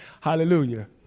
Hallelujah